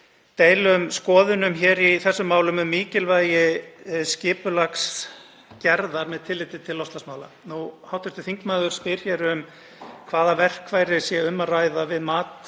deilum skoðunum í þessum málum um mikilvægi skipulagsgerða með tilliti til loftslagsmála. Hv. þingmaður spyr hvaða verkfæri sé um að ræða við mat